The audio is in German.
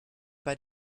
bei